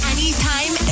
Anytime